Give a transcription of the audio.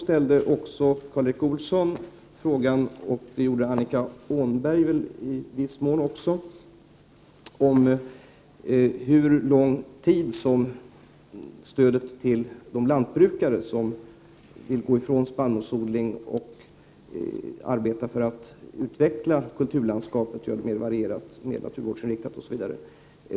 Karl Erik Olsson och i viss mån Annika Åhnberg frågade under hur lång tid stöd skall utgå till de lantbrukare som vill övergå från att odla spannmål till att arbeta för att utveckla kulturlandskapet och göra det mer varierat, mer naturvårdsinriktat osv.